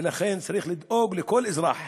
ולכן, צריך לדאוג לכל אזרח